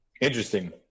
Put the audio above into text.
Interesting